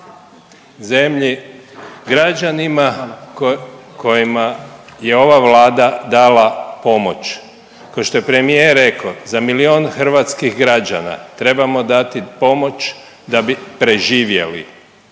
zemlji građanima kojima je ova Vlada dala pomoć. Kao što je premijer rekao za milijun hrvatskih građana trebamo dati pomoć da bi preživjeli